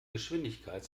geschwindigkeit